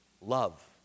Love